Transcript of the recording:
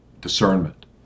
discernment